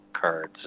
cards